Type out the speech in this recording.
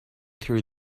through